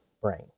brain